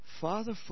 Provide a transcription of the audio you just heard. father